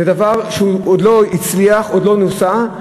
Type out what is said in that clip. זה דבר שעוד לא הצליח, עוד לא נוסה,